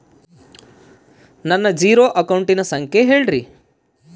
ನನ್ನ ಜೇರೊ ಅಕೌಂಟಿನ ಸಂಖ್ಯೆ ಹೇಳ್ರಿ?